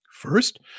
First